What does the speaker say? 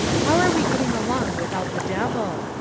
how are we getting along without the devil?